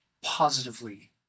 positively